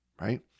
right